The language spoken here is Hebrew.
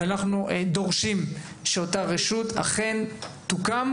ואנחנו דורשים שאותה רשות תוקם,